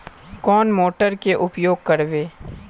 कौन मोटर के उपयोग करवे?